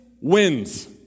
wins